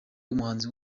umuhanzi